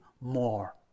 more